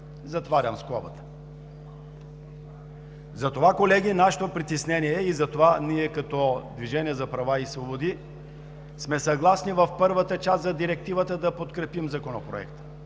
Затварям скобата. Затова, колеги, нашето притеснение и ние като „Движение за права и свободи“ сме съгласни в първата част – за Директивата, да подкрепим Законопроекта,